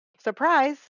surprise